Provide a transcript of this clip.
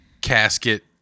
Casket